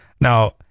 Now